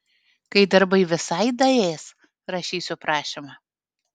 kai darbai visai daės rašysiu prašymą